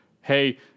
hey